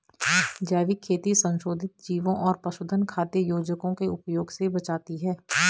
जैविक खेती संशोधित जीवों और पशुधन खाद्य योजकों के उपयोग से बचाती है